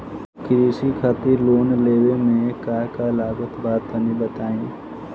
कृषि खातिर लोन लेवे मे का का लागत बा तनि बताईं?